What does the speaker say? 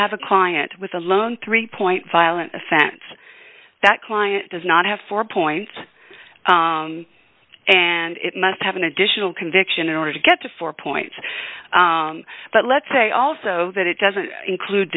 have a client with a loan three point violent offense that client does not have four points and it must have an additional conviction in order to get to four points but let's say also that it doesn't include